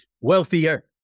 Wealthier